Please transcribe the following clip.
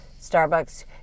Starbucks